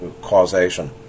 causation